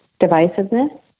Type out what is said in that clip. divisiveness